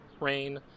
Rain